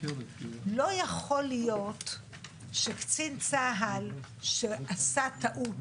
לא יכול להיות שקצין צה"ל שעשה טעות